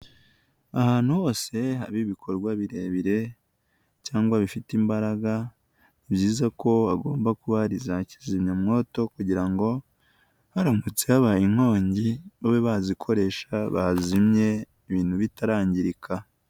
Ahantu hose haba ibikorwa birebire cyangwa bifite imbaraga, ni byiza ko bagomba kuba hari zakizimyamwoto kugira ngo haramutse habaye inkongi babe bazikoresha bazimye ibintu bitarangirika.